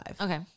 Okay